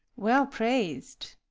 well prais'd!